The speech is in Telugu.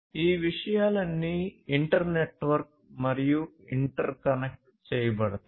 ఈ విషయాలన్నీ ఇంటర్ నెట్వర్క్ మరియు ఇంటర్కనెక్ట్ చేయబడతాయి